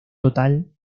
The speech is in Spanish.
total